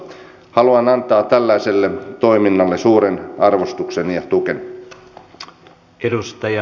haluan antaa tällaiselle toiminnalle suuren arvostukseni ja tukeni